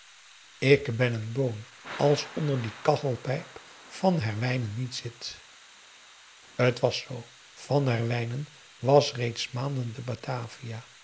ik ben een boon als onder die kachelpijp van herwijnen niet zit t was zoo van herwijnen was reeds maanden te batavia